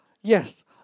Yes